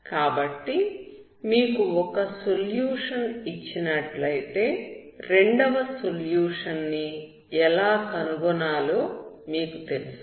కాబట్టి మీకు ఒక సొల్యూషన్ ఇచ్చినట్లయితే రెండవ సొల్యూషన్ ని ఎలా కనుగొనాలో మీకు తెలుసు